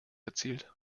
erzielt